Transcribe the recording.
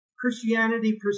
Christianity